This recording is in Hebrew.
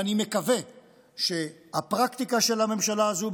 ואני מקווה שהפרקטיקה של הממשלה הזו,